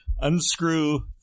unscrew